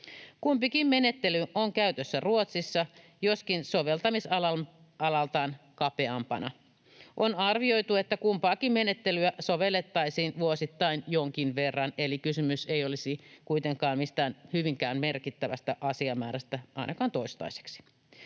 Kumpikin menettely on käytössä Ruotsissa, joskin soveltamisalaltaan kapeampina. On arvioitu, että kumpaakin menettelyä sovellettaisiin vuosittain jonkin verran, eli kysymys ei olisi kuitenkaan mistään hyvinkään merkittävästä asiamäärästä ainakaan toistaiseksi.